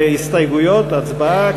להסתייגויות, הצבעה.